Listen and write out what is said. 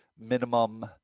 minimum